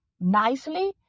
nicely